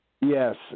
Yes